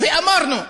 אמרנו,